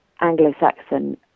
Anglo-Saxon